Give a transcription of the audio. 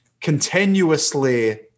continuously